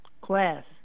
class